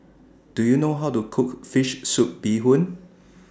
Do YOU know How to Cook Fish Soup Bee Hoon